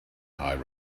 high